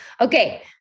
Okay